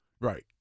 Right